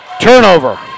Turnover